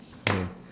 hmm